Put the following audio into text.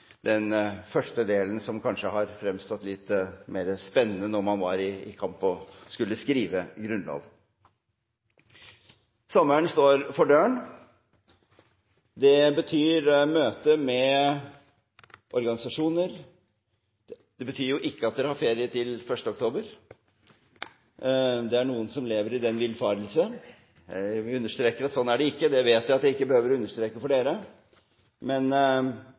den første delen, som kanskje har fremstått litt mer spennende når man var i kamp og skulle skrive grunnlov. Sommeren står for døren. Det betyr møte med organisasjoner. Det betyr ikke at man har ferie til 1. oktober, det er noen som lever i den villfarelse. Jeg understreker at slik er det ikke – det vet jeg at jeg ikke behøver å understreke for dere – men